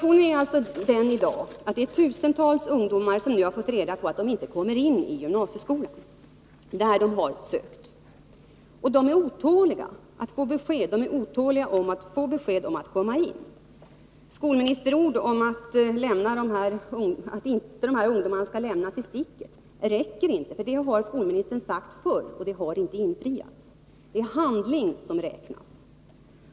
I dag är situationen den att tusentals ungdomar nu har fått reda på att de inte kommer in på den gymnasieutbildning som de har sökt till. De är otåliga att få ett positivt besked. Skolministerord om att dessa ungdomar inte skall lämnasi sticket räcker inte. Det har skolministern sagt förr, och det löftet har inte infriats. Det är handling som räknas.